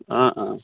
অঁ অঁ